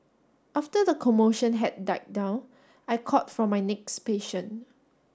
after the commotion had died down I called for my next patient